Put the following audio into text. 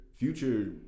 Future